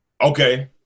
Okay